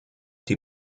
die